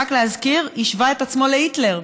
רק להזכיר, השווה את עצמו להיטלר,